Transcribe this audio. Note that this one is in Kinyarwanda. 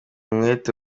umwete